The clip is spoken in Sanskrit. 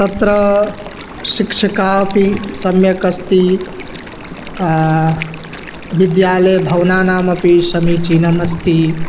तत्र शिक्षकाः अपि सम्यकस्ति विद्यालयभवनानि अपि समीचीनमस्ति